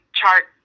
chart